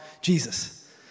Jesus